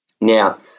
Now